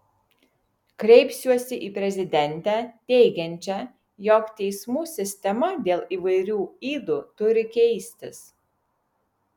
kreipsiuosi į prezidentę teigiančią jog teismų sistema dėl įvairių ydų turi keistis